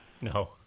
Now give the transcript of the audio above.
No